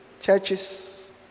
churches